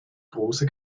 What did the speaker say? große